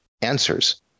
answers